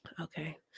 Okay